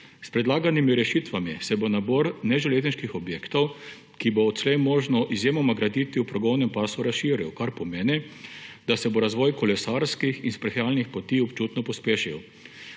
S predlaganimi rešitvami se bo nabor neželezniških objektov, ki jih bo odslej možno izjemoma graditi v progovnem pasu, razširil, kar pomeni, da se bo razvoj kolesarskih in sprehajalnih poti občutno pospešil.